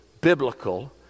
biblical